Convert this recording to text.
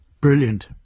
Brilliant